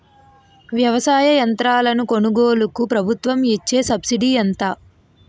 వ్యవసాయ యంత్రాలను కొనుగోలుకు ప్రభుత్వం ఇచ్చే సబ్సిడీ ఎంత?